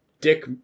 dick